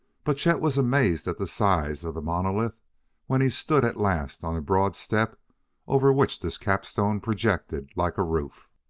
but chet was amazed at the size of the monolith when he stood at last on the broad step over which this capstone projected like a roof.